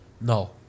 No